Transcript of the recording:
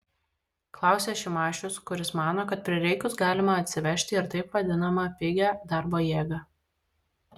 klausia šimašius kuris mano kad prireikus galima atsivežti ir taip vadinamą pigią darbo jėgą